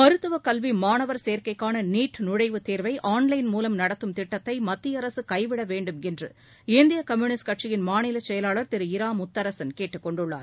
மருத்துவக் கல்வி மாணவர் சேர்க்கைக்கான நீட் நுழைவுத் தேர்வை ஆன்லைன் மூலம் நடத்தும் திட்டத்தை மத்திய அரசு கைவிட வேண்டும் என்று இந்திய கம்யூனிஸ்ட் கட்சியின் மாநில செயலாளர் திரு இரா முத்தரசன் கேட்டுக் கொண்டுள்ளார்